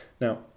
Now